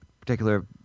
particular